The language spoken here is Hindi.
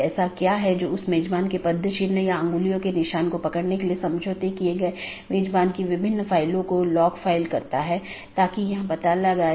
AS नंबर जो नेटवर्क के माध्यम से मार्ग का वर्णन करता है एक BGP पड़ोसी अपने साथियों को पाथ के बारे में बताता है